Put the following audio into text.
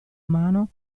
mano